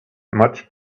much